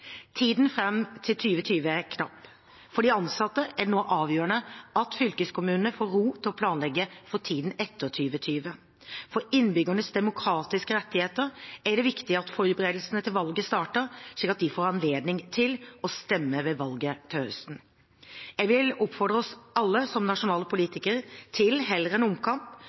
Tiden fram til 2020 er knapp. For de ansatte er det nå avgjørende at fylkeskommunene får ro til å planlegge for tiden etter 2020. For innbyggernes demokratiske rettigheter er det viktig at forberedelsene til valget starter, slik at de får anledning til å stemme ved valget neste høst. Jeg vil oppfordre oss alle – som nasjonale politikere – til heller enn omkamp